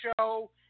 show